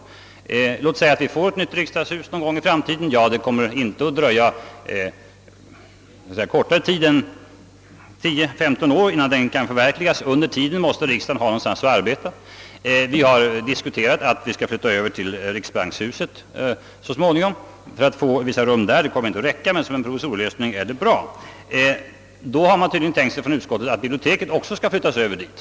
Om vi någon gång i framtiden får ett nytt riksdagshus kommer det i varje fall inte att dröja kortare tid än 10—15 år innan denna tanke kan förverkligas. Under tiden måste riksdagen ha någonstans att arbeta. Vi har diskuterat möjligheten att flytta över till riksbankshuset så småningom för att få vissa rum där. De kommer inte att räcka, men som en provisorisk lösning är förslaget bra. Då har utskottet tydligen tänkt sig att även biblioteket skulle flyttas över dit.